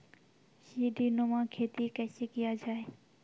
सीडीनुमा खेती कैसे किया जाय?